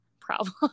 problem